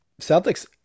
Celtics